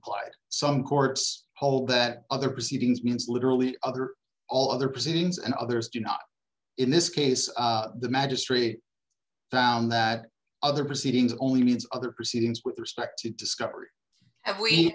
quite some courts hold that other proceedings means literally other all other proceedings and others do not in this case the magistrate found that other proceedings only means other proceedings with respect to discovery have we